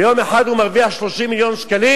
ביום אחד הוא מרוויח 30 מיליון שקלים?